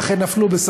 ואכן נפלו,